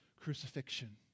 crucifixion